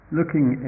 looking